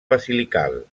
basilical